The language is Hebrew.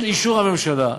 את אישור הממשלה,